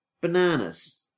bananas